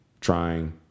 trying